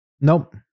Nope